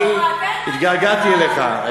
אני התגעגעתי אליך,